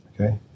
Okay